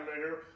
later